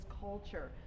culture